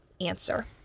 answer